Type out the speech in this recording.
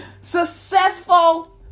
successful